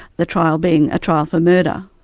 the trial being a trial for murder.